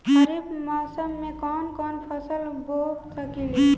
खरिफ मौसम में कवन कवन फसल बो सकि ले?